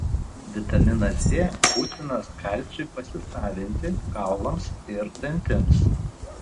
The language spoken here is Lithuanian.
vitaminas d būtinas kalciui pasisavinti kaulams ir dantims